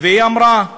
והיא אמרה: